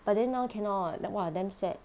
but then now cannot like !wah! damn sad